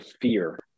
fear